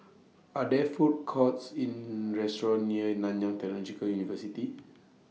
Are There Food Courts in near Nanyang Technological University